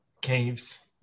Caves